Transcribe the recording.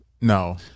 No